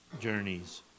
journeys